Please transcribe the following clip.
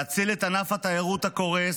להציל את ענף התיירות הקורס,